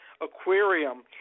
aquarium